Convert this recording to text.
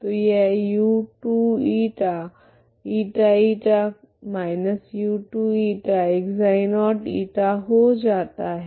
तो यह u2η ηη−u2ηξ0 η हो जाता है